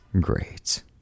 Great